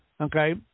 Okay